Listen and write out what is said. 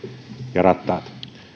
ja rattaat